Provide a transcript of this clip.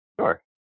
Sure